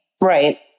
right